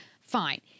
Fine